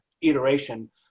iteration